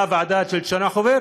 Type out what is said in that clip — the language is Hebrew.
באה ועדת צ'חנובר.